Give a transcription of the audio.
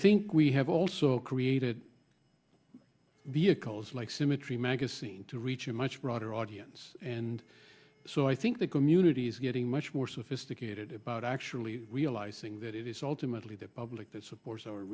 think we have also created vehicles like symmetry magazine to reach a much broader audience and so i think the community is getting much more sophisticated about actually realising that it is ultimately the public that supports our